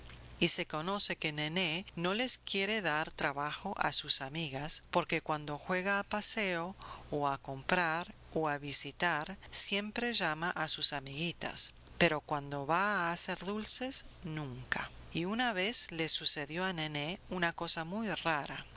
y se conoce que nené no les quiere dar trabajo a sus amigas porque cuando juega a paseo o a comprar o a visitar siempre llama a sus amiguitas pero cuando va a hacer dulces nunca y una vez le sucedió a nené una cosa muy rara